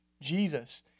Jesus